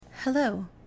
Hello